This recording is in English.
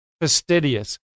fastidious